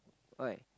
why